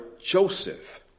Joseph